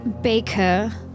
Baker